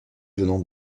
venant